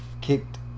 Kicked